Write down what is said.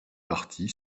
partie